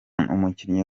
umukinnyi